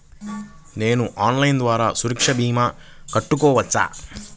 నేను ఆన్లైన్ ద్వారా సురక్ష భీమా కట్టుకోవచ్చా?